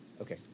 Okay